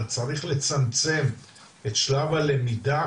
אבל צריך לצמצם את שלב הלמידה,